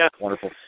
wonderful